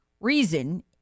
reason